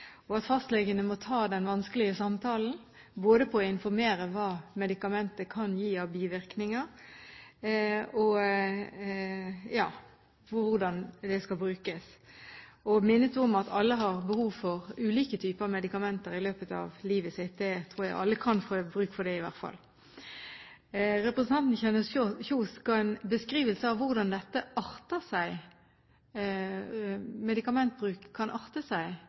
og at fastlegene må ta den vanskelige samtalen, både å informere om hva medikamentet kan gi av bivirkninger, og hvordan det skal brukes, og hun minnet om at alle har behov for ulike typer medikamenter i løpet av livet sitt. Jeg tror alle kan få bruk for det, i hvert fall. Representanten Kjønaas Kjos ga en beskrivelse av hvordan medikamentbruk kan arte seg